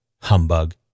Humbug